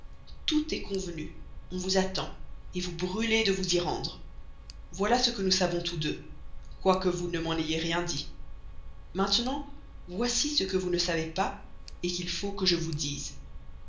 tout est convenu on vous attend vous brûlez de vous y rendre voilà ce que nous savons tous deux quoique vous ne m'en ayez rien dit maintenant voici ce que vous ne savez pas qu'il faut que je vous dise